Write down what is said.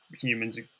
humans